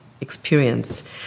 experience